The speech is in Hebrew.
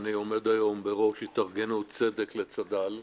אני עומד היום בראש התארגנות "צדק לצד"ל".